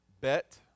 Bet